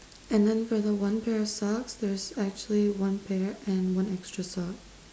and then for the one pair of socks there's actually one pair and one extra sock